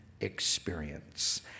experience